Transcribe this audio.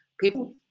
people